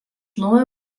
naujo